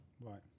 Right